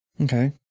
Okay